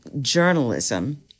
journalism